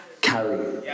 carry